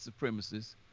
supremacists